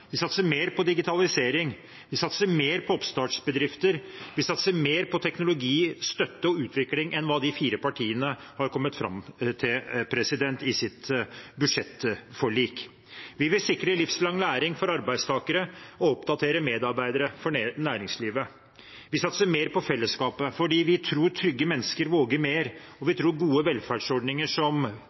Vi satser mer på digitalisering. Vi satser mer på oppstartsbedrifter. Vi satser mer på teknologi, støtte og utvikling enn hva de fire partiene har kommet fram til i sitt budsjettforlik. Vi vil sikre livslang læring for arbeidstakere og oppdatere medarbeidere for næringslivet. Vi satser mer på fellesskapet fordi vi tror at trygge mennesker våger mer, og vi tror gode velferdsordninger som